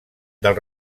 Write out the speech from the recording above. del